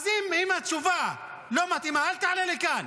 אז אם התשובה לא מתאימה, אל תעלה לכאן